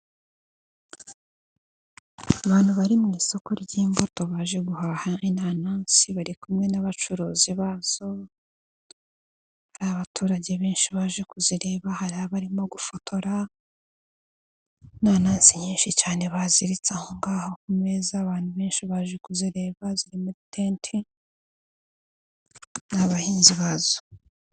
Abantu bari mu isoko ry'imbuto baje guhaha inansi bari kumwe n'abacuruzi bazo, hari abaturage benshi baje kuzireba, hari abarimo gufotora, inanazi nyinshi cyane baziritse aho ngaho ku meza abantu benshi baje kuzireba, ziri muri tente n'abahinzi bazo.